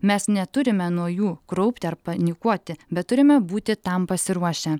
mes neturime nuo jų kraupti ar panikuoti bet turime būti tam pasiruošę